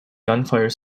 gunfire